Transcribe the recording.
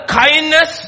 kindness